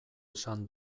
esan